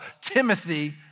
Timothy